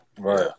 Right